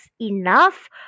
enough